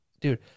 dude